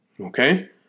Okay